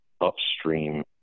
upstream